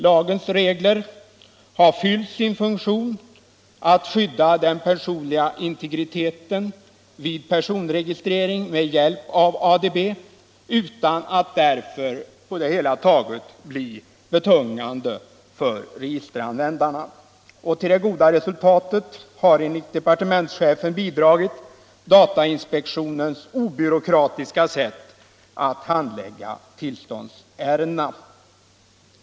Lagens regler har fyllt sin funktion att skydda den personliga integriteten vid personregistrering med hjälp av ADB utan att därför på det hela taget bli betungande för registeranvändarna. Till det goda resultatet har enligt departementschefen bidragit datamspektionens obvråkratiska sätt att handlägga tillståndsärendena.